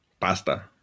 pasta